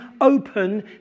open